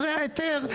אחרי ההיתר,